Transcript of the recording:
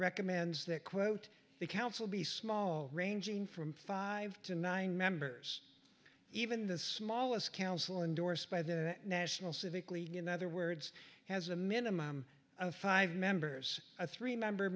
recommends that quote the council be small ranging from five to nine members even the smallest council endorsed by the national civically in other words has a minimum of five members a three member